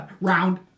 round